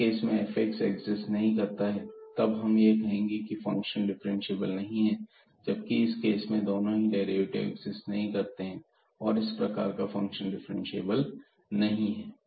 इस केस में fx exist नहीं करता है तब हम कहेंगे की फंक्शन डिफरेंशिएबल नहीं है जबकि इस केस में दोनों ही डेरिवेटिव एक्जिस्ट नहीं करते हैं और इस प्रकार फंक्शन डिफरेंशिएबल नहीं है